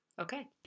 Okay